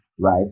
right